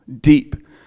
deep